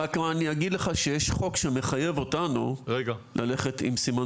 רק אגיד לך שיש חוק שמחייב אותנו ללכת עם סימן